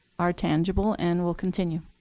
are tangible and will continue.